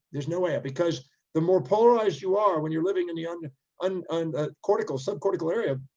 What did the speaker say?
there's no way because the more polarized you are when you're living in the and and and cortical, subcortical area,